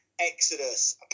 Exodus